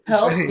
Help